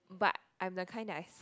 but I am the kind that I suck